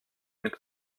mit